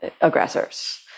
aggressors